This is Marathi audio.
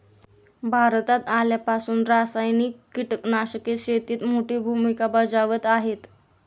भारतात आल्यापासून रासायनिक कीटकनाशके शेतीत मोठी भूमिका बजावत आहेत